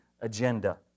agenda